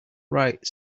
right